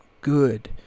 good